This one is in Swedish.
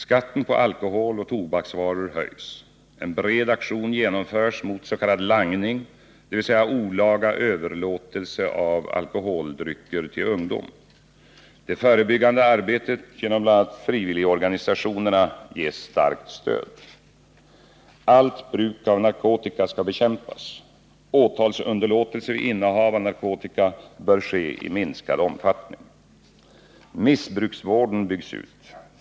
Skatten på alkohol och tobaksvaror höjs. En bred aktion genomförs mot s.k. langning, dvs. olaga överlåtelse av alkoholdrycker till ungdom. Det förebyggande arbetet genom bl.a. frivilligorganisationerna ges starkt stöd. Allt bruk av narkotika skall bekämpas. Åtalsunderlåtelse vid innehav av narkotika bör ske i minskad omfattning. Missbruksvården byggs ut.